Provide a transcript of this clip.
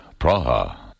Praha